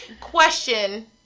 question